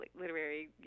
literary